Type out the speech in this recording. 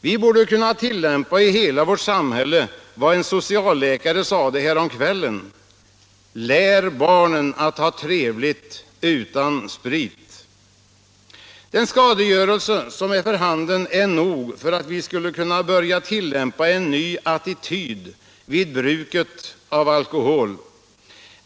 Vi borde kunna tillämpa i hela vårt samhälle vad en socialläkare sade häromkvällen: ”Lär barnen att ha trevligt utan sprit!” Den skadegörelse som är för handen är nog för att vi skulle kunna börja tillämpa en ny attityd vid bruket av alkohol.